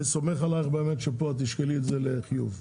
אני סומך עלייך שפה תשקלי את זה לחיוב,